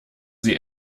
sie